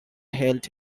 held